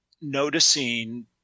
Noticing